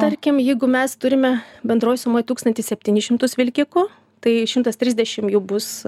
tarkim jeigu mes turime bendroj sumoj tūkstantį septynis šimtus vilkikų tai šimtas trisdešim jų bus